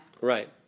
Right